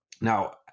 now